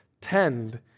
tend